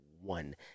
one